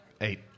Eight